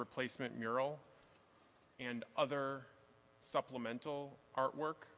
replacement mural and other supplemental artwork